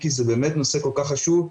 אם אפשר לשים את המצגת.